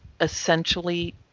essentially